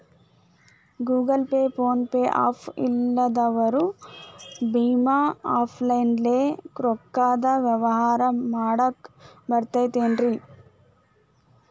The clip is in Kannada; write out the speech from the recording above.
Google Pay, PhonePe app ಇಲ್ಲದವರು ಭೇಮಾ ಆ್ಯಪ್ ಲೇ ರೊಕ್ಕದ ವ್ಯವಹಾರ ಮಾಡಾಕ್ ಬರತೈತೇನ್ರೇ?